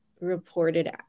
reported